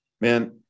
Man